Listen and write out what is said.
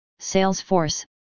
Salesforce